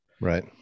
Right